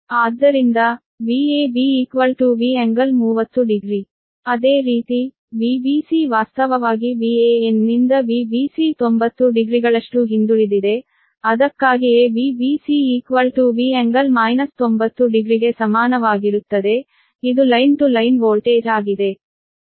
ಆದ್ದರಿಂದ Vab V∟300ಡಿಗ್ರಿ ಅದೇ ರೀತಿ Vbc ವಾಸ್ತವವಾಗಿ Van ನಿಂದ Vbc 90 ಡಿಗ್ರಿಗಳಷ್ಟು ಹಿಂದುಳಿದಿದೆ ಅದಕ್ಕಾಗಿಯೇ Vbc V∟ 90 ಡಿಗ್ರಿಗೆ ಸಮಾನವಾಗಿರುತ್ತದೆ ಇದು ಲೈನ್ ಟು ಲೈನ್ ವೋಲ್ಟೇಜ್ ಆಗಿದೆ